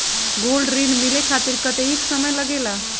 Gold ऋण मिले खातीर कतेइक समय लगेला?